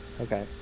Okay